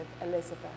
Elizabeth